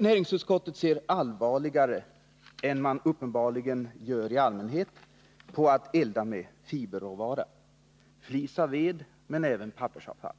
Näringsutskottet ser allvarligare än man uppenbarligen gör i allmänhet på att elda med fiberråvara — flis av ved men även pappersavfall.